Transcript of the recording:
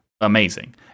amazing